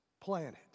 planet